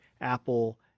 Apple